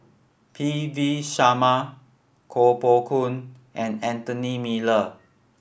P V Sharma Koh Poh Koon and Anthony Miller